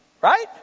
right